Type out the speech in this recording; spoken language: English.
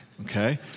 okay